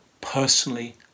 personally